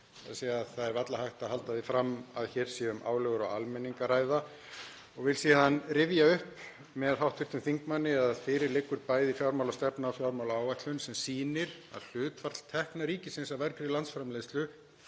þ.e. það er varla hægt að halda því fram að hér sé um álögur á almenning að ræða. Ég vil síðan rifja upp með hv. þingmanni að fyrir liggur bæði fjármálastefna og fjármálaáætlun sem sýnir að hlutfall tekna ríkisins af vergri landsframleiðslu